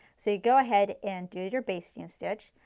so you go ahead and do your basting and stitch,